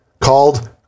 called